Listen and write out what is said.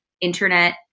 internet